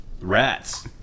rats